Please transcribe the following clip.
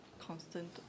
constant